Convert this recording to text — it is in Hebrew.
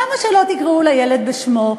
למה שלא תקראו לילד בשמו,